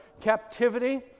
captivity